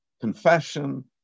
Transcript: confession